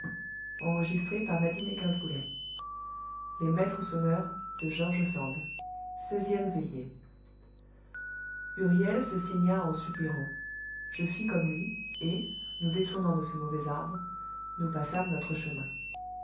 disent seizième veillée huriel se signa en soupirant je fis comme lui et nous détournant de ce mauvais arbre nous passâmes notre chemin